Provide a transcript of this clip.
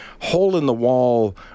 hole-in-the-wall